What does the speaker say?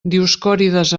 dioscòrides